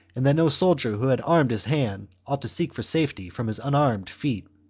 and that no soldier who had armed his hand ought to seek for safety from his unarmed feet,